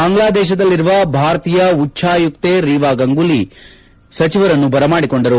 ಬಾಂಗ್ಲಾದೇಶದಲ್ಲಿರುವ ಭಾರತೀಯ ಉಚ್ಛಾಯುಕ್ತೆ ರೀವಾ ಗಂಗೂಲಿ ದಾಸ್ ಸಚಿವರನ್ನು ಬರಮಾಡಿಕೊಂಡರು